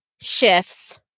shifts